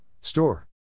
Store